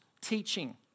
Teaching